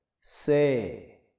say